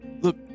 Look